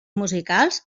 musicals